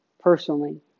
personally